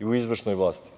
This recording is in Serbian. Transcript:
i u izvršnoj vlasti.